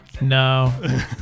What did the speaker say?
No